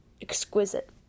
exquisite